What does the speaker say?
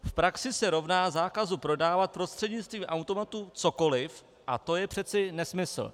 V praxi se rovná zákazu prodávat prostřednictvím automatu cokoliv a to je přece nesmysl.